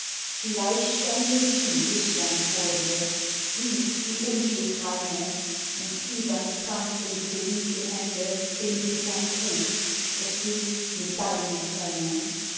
vielleicht stände sie lüstern vor dir sie die unschuldreine und fiebernd krampften die geliebten hände den bittern krug gefüllt mit deinen tränen